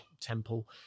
temple